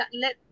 let